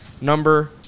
number